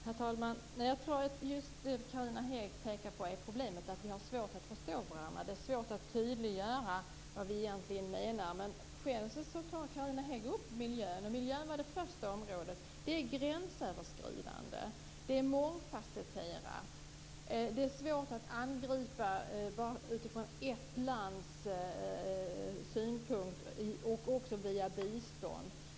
Herr talman! Jag tror att just det som Carina Hägg pekar på är problemet, nämligen att vi har svårt att förstå varandra. Det är svårt att tydliggöra vad vi egentligen menar. Men Carina Hägg tar själv upp miljön. Miljön var det första området. Det är gränsöverskridande, mångfacetterat och svårt att angripa utifrån ett lands synpunkt och också via bistånd.